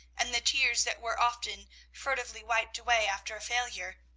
and the tears that were often furtively wiped away after a failure,